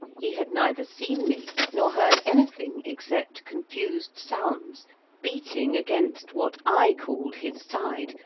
he had neither seen me, nor heard anything except confused sounds beating against what i called his side,